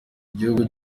igihugu